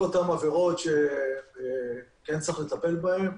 כל אותן עבירות שצריך לטפל בהן,